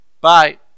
Bye